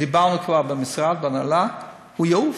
דיברנו כבר במשרד, בהנהלה, הוא יעוף,